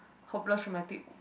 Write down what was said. hopeless romantic